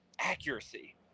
accuracy